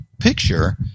picture